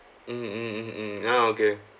mm mm mm mm ya okay